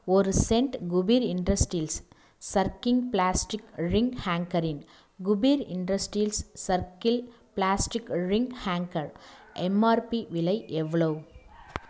ஒரு செண்ட் குபீர் இண்டஸ்டில்ஸ் சர்க்கின் பிளாஸ்டிக் ரிங் ஹேங்கரின் குபீர் இண்டஸ்டில்ஸ் சர்க்கில் பிளாஸ்டிக் ரிங் ஹேங்கர் எம்ஆர்பி விலை எவ்வளோ